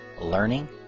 learning